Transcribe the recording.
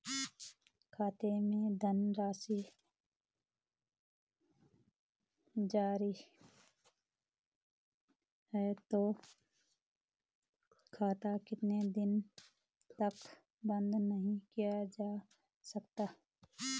खाते मैं यदि धन राशि ज़ीरो है तो खाता कितने दिन तक बंद नहीं किया जा सकता?